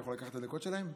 אני יכול לקחת את הדקות שלהם?